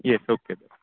yes okay